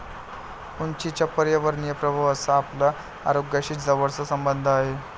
उंचीच्या पर्यावरणीय प्रभावाचा आपल्या आरोग्याशी जवळचा संबंध आहे